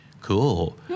Cool